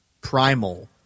primal